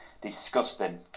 disgusting